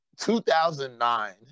2009